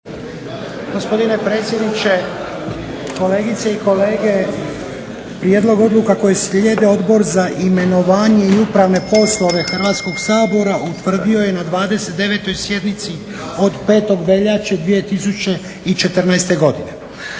gospodine predsjedniče. Kolegice i kolege. Naredne prijedloge odluka Odbor za izbor, imenovanja i upravne poslove Hrvatskog sabora utvrdio je na 30. sjednici 27. veljače 2014. godine.